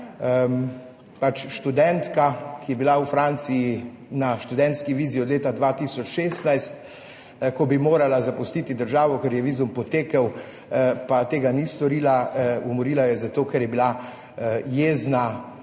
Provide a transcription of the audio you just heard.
pač študentka, ki je bila v Franciji na študentski vizi od leta 2016, ko bi morala zapustiti državo, ker je vizum potekel pa tega ni storila. Umorila je zato, ker je bila jezna